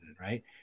right